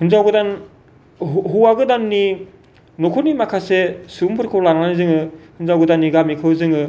हिनजाव गोदान हौआ गोदाननि न'खरनि माखासे सुबुंफोरखौ लानानै जोङो हिनजाव गोदाननि गामिखौ जोङो